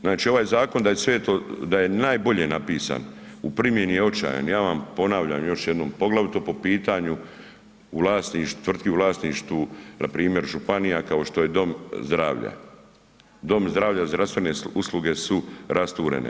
Znači zakon da je sve to, da je najbolje napisan u primjeni je očajan, ja vam ponavljam još jednom poglavito po pitanju tvrtku u vlasništvu npr. županija kao što je dom zdravlja, dom zdravlja zdravstvene usluge su rasturene.